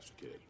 kid